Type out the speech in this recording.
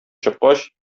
чыккач